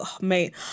Mate